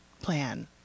plan